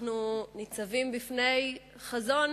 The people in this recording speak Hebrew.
אנחנו ניצבים בפני חזון,